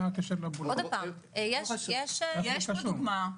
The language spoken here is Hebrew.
יש דוגמאות.